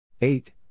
eight